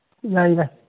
ꯌꯥꯏ ꯌꯥꯏ